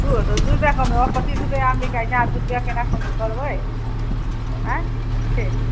दू तऽ दू रुपआ कम पच्चीस रूपआ आम बिकाइ छै अहाँ दू रुपआ कोना कम करबै आंय